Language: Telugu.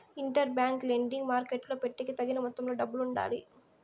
ఇంటర్ బ్యాంక్ లెండింగ్ మార్కెట్టులో పెట్టేకి తగిన మొత్తంలో డబ్బులు ఉండాలి